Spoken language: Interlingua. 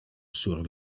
sur